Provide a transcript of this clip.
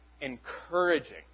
encouraging